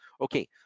Okay